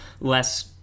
less